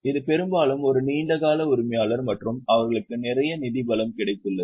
இது பெரும்பாலும் ஒரு நீண்ட கால உரிமையாளர் மற்றும் அவர்களுக்கு நிறைய நிதி பலம் கிடைத்துள்ளது